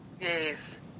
Yes